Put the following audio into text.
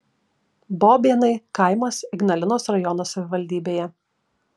bobėnai kaimas ignalinos rajono savivaldybėje